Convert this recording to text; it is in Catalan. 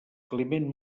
climent